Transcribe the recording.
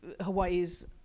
Hawaii's